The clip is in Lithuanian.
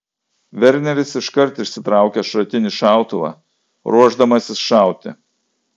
verneris iškart išsitraukia šratinį šautuvą ruošdamasis šauti